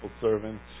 servant